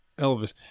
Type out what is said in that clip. Elvis